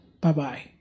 Bye-bye